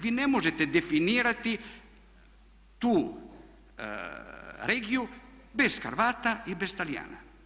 Vi ne možete definirati tu regiju bez Hrvata i bez Talijana.